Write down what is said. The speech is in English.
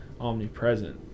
omnipresent